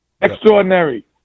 Extraordinary